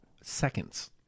seconds